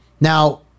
Now